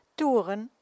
toeren